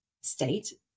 state